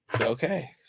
Okay